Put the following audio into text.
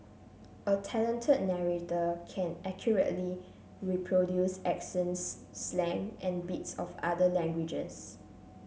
a talented narrator can accurately reproduce accents slang and bits of other languages